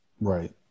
Right